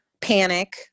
panic